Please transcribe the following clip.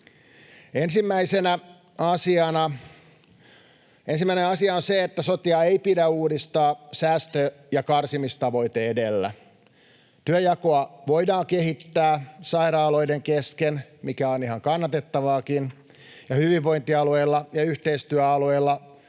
Ensimmäinen asia on se, että sotea ei pidä uudistaa säästö- ja karsimistavoite edellä. Työnjakoa voidaan kehittää sairaaloiden kesken, mikä on ihan kannatettavaakin, ja hyvinvointialueilla ja yhteistyöalueilla